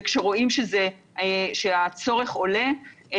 וכשרואים שהצורך עולה,